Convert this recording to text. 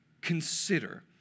consider